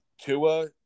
Tua